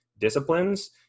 disciplines